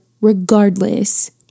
regardless